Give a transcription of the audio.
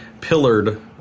pillared